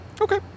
Okay